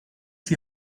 die